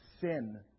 sin